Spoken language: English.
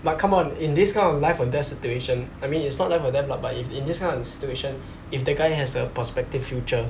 but come on in this kind of life or death situation I mean it's not life or death lah but if in this kind of situation if the guy has a prospective future